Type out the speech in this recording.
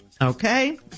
Okay